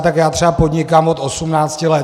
Tak já třeba podnikám od osmnácti let.